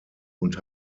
und